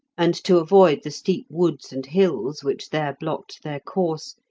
and to avoid the steep woods and hills which there blocked their course,